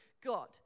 God